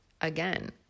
again